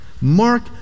Mark